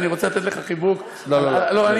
אני רוצה לתת לך חיבוק, לא, לא.